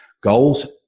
Goals